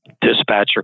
Dispatcher